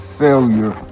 failure